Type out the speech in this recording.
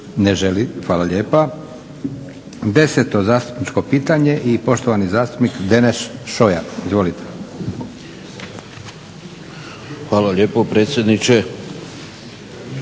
Hvala lijepa. Deseto zastupničko pitanje i poštovani zastupnik Deneš Šoja. Izvolite. **Šoja, Deneš